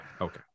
okay